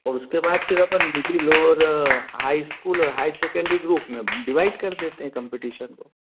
और उसके बाद फिर अपन लोअर हाई स्कूल और हाई सेकेंड्री ग्रुप में डिवाइड कर देते हैं कंपीटीशन को